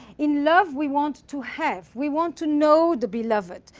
in love, we want to have, we want to know the beloved.